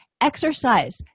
Exercise